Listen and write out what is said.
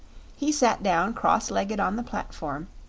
he sat down cross-legged on the platform,